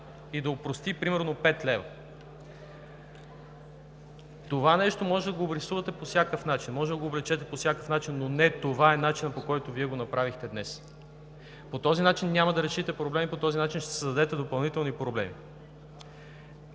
и да опрости примерно пет лева. (Реплики.) Това нещо може да го обрисувате по всякакъв начин, може да го облечете по всякакъв начин, но не това е начинът – по който Вие го направихте днес. По този начин няма да решите проблема и по този начин ще създадете допълнителни проблеми.